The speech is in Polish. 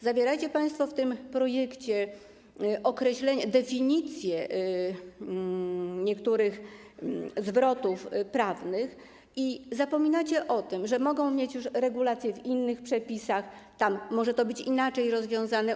Zawieracie państwo w tym projekcie definicje niektórych zwrotów prawnych i zapominacie o tym, że mogą mieć już regulacje w innych przepisach, tam może to być inaczej rozwiązane.